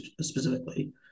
specifically